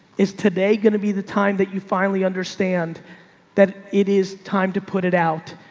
is today going to be the time that you finally understand that it is time to put it out.